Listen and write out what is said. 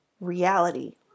reality